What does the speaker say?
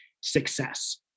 success